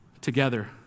together